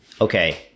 okay